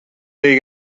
dei